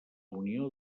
unió